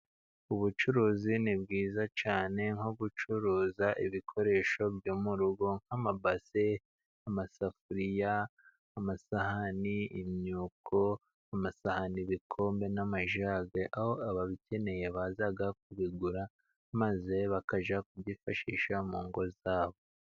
Ubucuruzi ni bwiza cyane, nko gucuruza ibikoresho byo mu rugo nk'amabase, amasafuriya, amasahani, imyuko, amasahani, ibikombe n'amajage, aho ababikeneye baza kubigura, maze bakajya kubyifashisha mu ngo zabo.